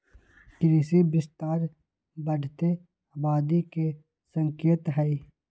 कृषि विस्तार बढ़ते आबादी के संकेत हई